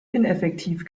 ineffektiv